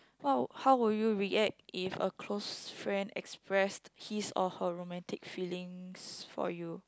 oh how would you react if a close friend express his or her romantic feelings for you